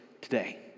today